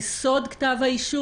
כבוד הנשיא